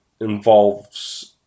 involves